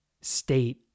state